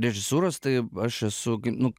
režisūros tai aš esu nu